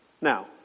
Now